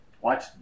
watch